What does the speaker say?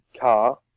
car